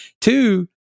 two